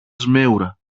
σμέουρα